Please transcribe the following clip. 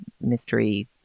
mystery